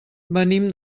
venim